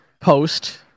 post